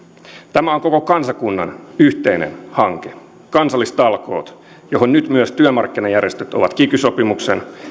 tämä on koko kansakunnan yhteinen hanke kansallistalkoot joihin nyt myös työmarkkinajärjestöt ovat kiky sopimuksen